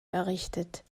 errichtet